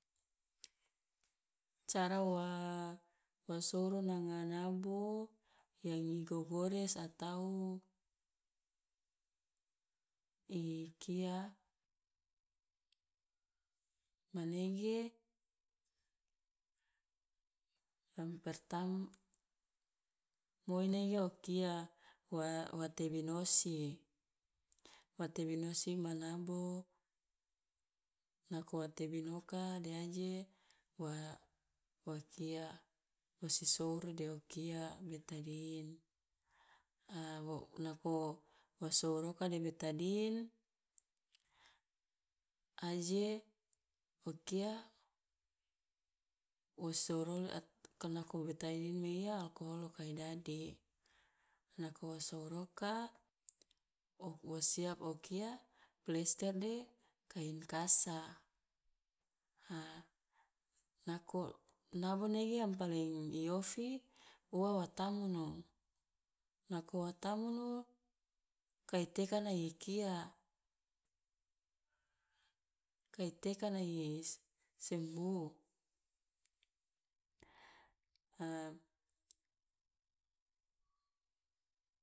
Cara wa wa souru nanga nabo yang i gogores atau i kia manege yang pertam moi nege o kia wa wa tebinosi, wa tebinosi ma nabo, nako wa tebinoka de aje wa wa kia wo si souru de o kia betadine, wo nako wa souru oka de betadine, aje o kia wo souru le at ka nako betadine meiya alkohol loka i dadi, nako wo souru oka o wo siap o kia plester de kain kasa, a nako nabo nege yang paling i ofi ua wa tamunu, nako wa tamunu kai tekana i kia kai tekana sembuh,